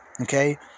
okay